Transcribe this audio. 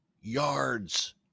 yards